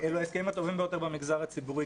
אלה ההסכמים הטובים ביותר במגזר הציבורי,